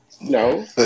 No